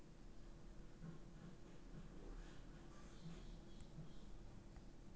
ನಾವ್ ಏನರೇ ಸಾಮಾನ್ ತಗೊತ್ತಿವ್ ಅಲ್ಲ ಅದ್ದುಕ್ ಟ್ಯಾಕ್ಸ್ ಕಟ್ಬೇಕ್ ಅದೇ ಗೂಡ್ಸ್ ಆ್ಯಂಡ್ ಸರ್ವೀಸ್ ಟ್ಯಾಕ್ಸ್